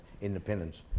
independence